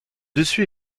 dessus